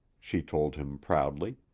she told him proudly.